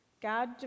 God